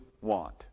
want